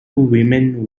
women